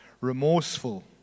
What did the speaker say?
remorseful